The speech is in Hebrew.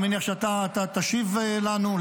אני מניח שאתה תשיב לי.